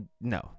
No